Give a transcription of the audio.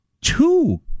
two